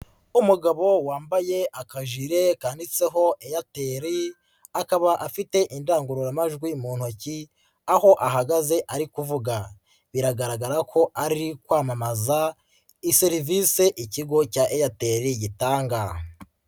Umugabo wambaye akajire kanditseho Airtel akaba afite indangururamajwi mu ntoki aho ahagaze ari kuvuga, biragaragara ko ari kwamamaza iserivise Ikigo cya Airtel gitanga.